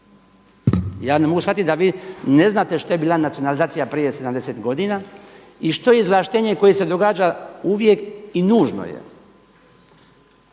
Ja ne mogu shvatiti da vi ne znate što je bila nacionalizacija prije 70 godina i što je izvlaštenje koje se događa uvijek i nužno je.